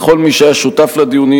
לכל מי שהיה שותף לדיונים,